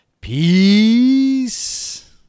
Peace